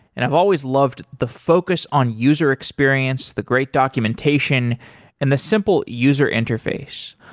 and i've always loved the focus on user experience, the great documentation and the simple user interface.